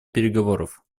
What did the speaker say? переговоров